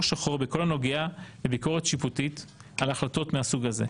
שחור בכל הנוגע לביקורת שיפוטית על החלטות מהסוג הזה.